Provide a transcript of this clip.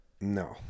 No